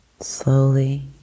slowly